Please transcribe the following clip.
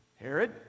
Herod